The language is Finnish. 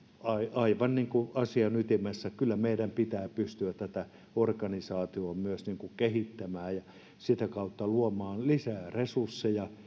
aivan niin kuin asian ytimessä kyllä meidän pitää pystyä tätä organisaatiota myös kehittämään ja sitä kautta luomaan lisää resursseja